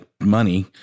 money